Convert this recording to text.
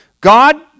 God